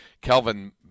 Kelvin